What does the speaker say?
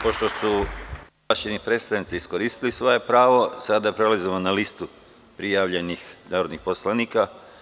Pošto su ovlašćeni predstavnici iskoristili svoje pravo, sada prelazimo na listu prijavljenih narodnih poslanika.